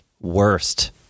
worst